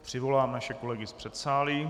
Přivolám naše kolegy z předsálí.